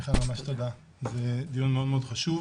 מיכל, ממש תודה זה דיון מאוד מאוד חשוב